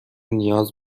نیاز